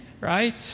Right